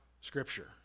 scripture